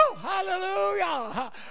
Hallelujah